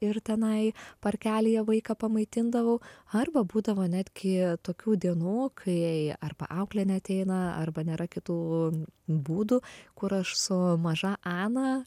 ir tenai parkelyje vaiką pamaitindavau arba būdavo netgi tokių dienų kai arba auklė neateina arba nėra kitų būdų kur aš su maža ana